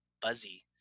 buzzy